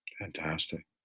Fantastic